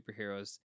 superheroes